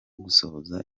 gusohoza